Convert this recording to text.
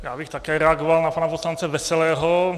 Já bych také reagoval na pana poslance Veselého.